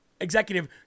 executive